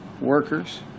workers